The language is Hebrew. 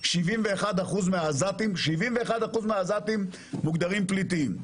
71% מהעזתים מוגדרים פליטים.